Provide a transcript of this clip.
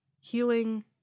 healing